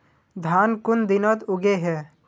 धान कुन दिनोत उगैहे